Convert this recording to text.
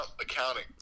accounting